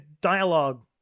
dialogue